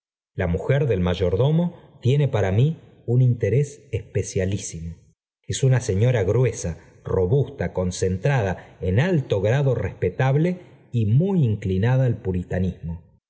la mujer del mayordomo tiene para mí un ínteres especialisimo es una señora gruesa robusta concentrada en alto grado respetable y muy inclinada al puritanismo